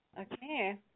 okay